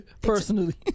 personally